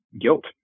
guilt